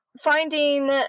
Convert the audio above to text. finding